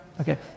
Okay